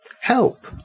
Help